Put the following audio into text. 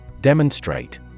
Demonstrate